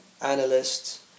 analysts